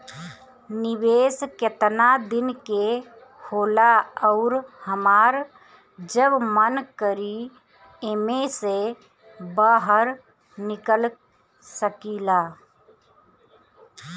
निवेस केतना दिन के होला अउर हमार जब मन करि एमे से बहार निकल सकिला?